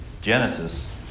Genesis